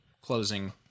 closing